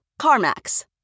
CarMax